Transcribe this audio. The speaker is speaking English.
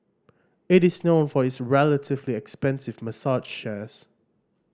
it is known for its relatively expensive massage chairs